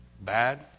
bad